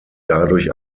dadurch